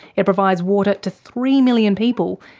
it provides water to three million people,